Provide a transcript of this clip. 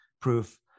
proof